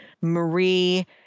Marie